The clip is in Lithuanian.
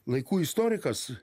laikų istorikas